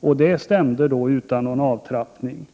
och det stämde utan någon avtrappning.